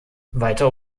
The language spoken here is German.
weitere